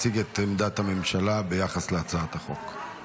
להציג את עמדת הממשלה ביחס להצעת החוק.